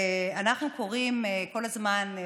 אנחנו קוראים כל הזמן,